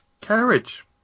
Carriage